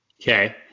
Okay